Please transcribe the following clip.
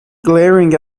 glaring